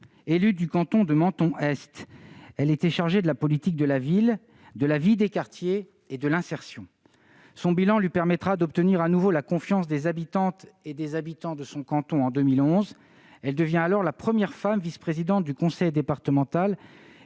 Élue du canton de Menton-Est, elle était chargée de la politique de la ville, de la vie des quartiers et de l'insertion. Son bilan lui permettra d'obtenir de nouveau la confiance des habitantes et des habitants de son canton en 2011. Elle devient alors la première femme vice-présidente du conseil départemental